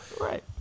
Right